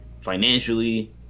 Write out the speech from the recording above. financially